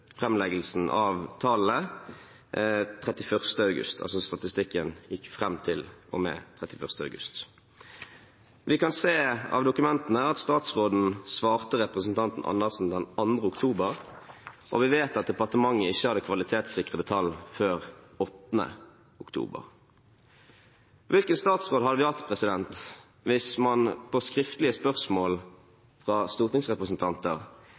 av tallene 31. august. Statistikken gikk altså fram til og med 31. august. Vi kan se av dokumentene at statsråden svarte representanten Andersen den 3. oktober, og vi vet at departementet ikke hadde kvalitetssikrede tall før 8. oktober. Hvilken statsråd hadde vi hatt hvis man på skriftlige spørsmål fra stortingsrepresentanter